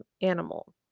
animal